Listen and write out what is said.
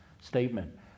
statement